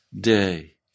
day